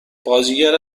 بازیگر